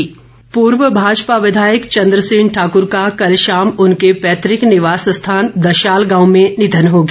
निधन पूर्व भाजपा विधायक चन्द्र सेन ठाकूर का कल शाम उनके पैतुक निवास स्थान दशाल गाँव में निधन हो गया